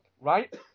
right